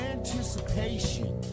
Anticipation